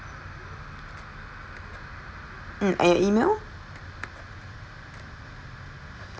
mm and your E-mail